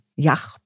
yach